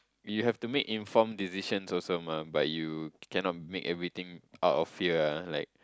you have to make informed decisions also mah but you cannot make everything out of fear ah like